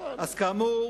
כאמור,